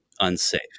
Unsafe